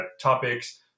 topics